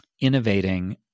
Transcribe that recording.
innovating